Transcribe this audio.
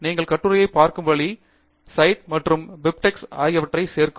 நீங்கள் கட்டுரையை பார்க்கும் வழி சைட் மற்றும் பிப்டெக்ஸ் ஆகியவற்றைச் சேர்க்கும்